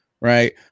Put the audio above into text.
right